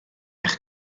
eich